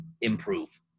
improve